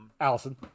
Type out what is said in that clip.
Allison